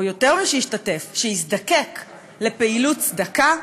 או יותר מישתתף: שיזדקק לפעילות צדקה,